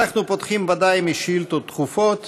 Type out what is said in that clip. פותחים בשאילתות דחופות.